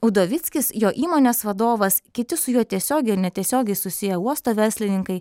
udovickis jo įmonės vadovas kiti su juo tiesiogiai a netiesiogiai susiję uosto verslininkai